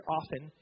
often